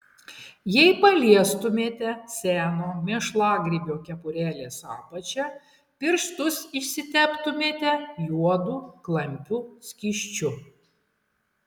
jei paliestumėte seno mėšlagrybio kepurėlės apačią pirštus išsiteptumėte juodu klampiu skysčiu